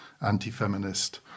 anti-feminist